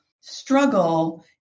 struggle